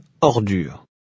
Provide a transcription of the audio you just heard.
ordure